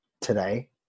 today